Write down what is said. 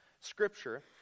Scripture